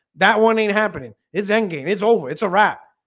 that one ain't happening. it's endgame. it's over it's a wrap.